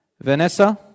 Vanessa